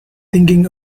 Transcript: thinking